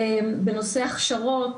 בנושא הכשרות,